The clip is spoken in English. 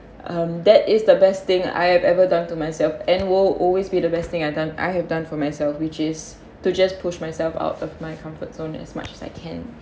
um that is the best thing I have ever done to myself and will always be the best thing I've done I have done for myself which is to just push myself out of my comfort zone as much as I can